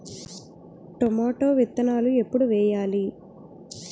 Tomato విత్తనాలు ఎప్పుడు వెయ్యాలి?